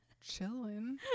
chilling